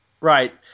Right